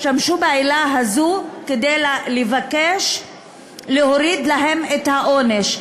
השתמשו בעילה הזו כדי לבקש להוריד להם מהעונש.